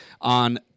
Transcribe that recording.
on